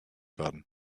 werden